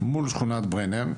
מול שכונת ברנר.